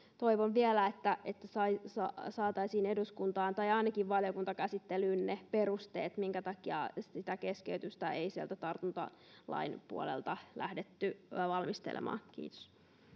toivon vielä että että saataisiin eduskuntaan tai ainakin valiokuntakäsittelyyn ne perusteet minkä takia sitä keskeytystä ei sieltä tartuntalain puolelta lähdetty valmistelemaan kiitos